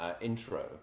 Intro